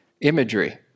imagery